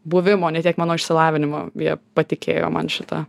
buvimo ne tiek mano išsilavinimo jie patikėjo man šitą